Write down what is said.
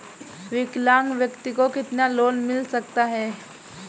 विकलांग व्यक्ति को कितना लोंन मिल सकता है?